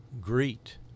greet